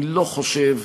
אני לא חושב